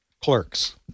clerks